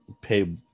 pay